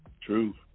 True